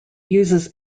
uses